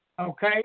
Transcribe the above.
Okay